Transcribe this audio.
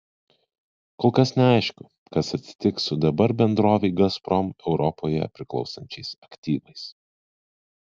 kol kas neaišku kas atsitiks su dabar bendrovei gazprom europoje priklausančiais aktyvais